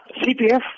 CPF